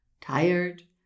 tired